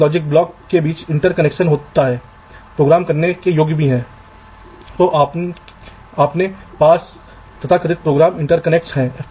तो आप किस परत के आधार पर कनेक्शन के प्रकार का उपयोग कर रहे हैं वहां की चौड़ाई उनका पृथक्करण सब कुछ अलग होगा